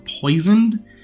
poisoned